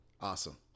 Awesome